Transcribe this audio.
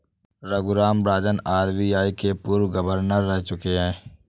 Raghuram Rajan RBI के पूर्व governor रह चुके हैं